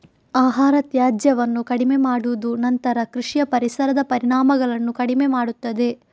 ಆಹಾರ ತ್ಯಾಜ್ಯವನ್ನು ಕಡಿಮೆ ಮಾಡುವುದು ನಂತರ ಕೃಷಿಯ ಪರಿಸರದ ಪರಿಣಾಮಗಳನ್ನು ಕಡಿಮೆ ಮಾಡುತ್ತದೆ